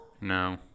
No